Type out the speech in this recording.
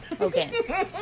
Okay